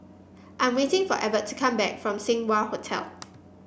I'm waiting for Evert to come back from Seng Wah Hotel